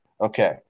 Okay